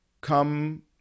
come